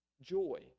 joy